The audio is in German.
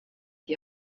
die